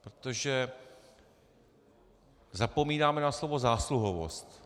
Protože zapomínáme na slovo zásluhovost.